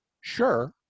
sure